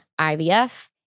IVF